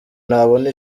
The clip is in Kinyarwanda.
nabona